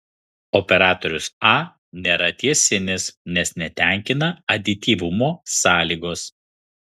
operatorius a nėra tiesinis nes netenkina adityvumo sąlygos